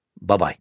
Bye-bye